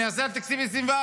אני אעשה על תקציב 2024,